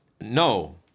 no